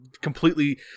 completely